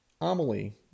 Amelie